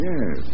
Yes